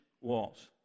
walls